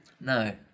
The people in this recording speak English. No